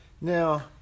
Now